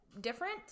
Different